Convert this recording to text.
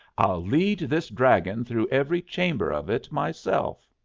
i'll lead this dragon through every chamber of it myself.